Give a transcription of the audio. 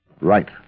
Right